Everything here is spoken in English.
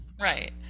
Right